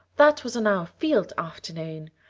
that was on our field afternoon.